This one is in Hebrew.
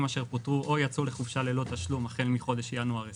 אשר פוטרו או יצאו לחופשה ללא תשלום החל מחודש ינואר 2020,